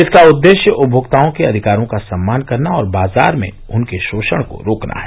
इसका उद्देश्य उपभोक्ताओं के अधिकारों का सम्मान करना और बाजार में उनके शोषण को रोकना है